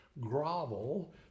Grovel